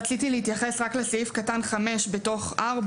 רציתי להתייחס רק לסעיף קטן (5) בתוך 4,